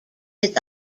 its